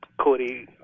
Cody